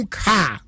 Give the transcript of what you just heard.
car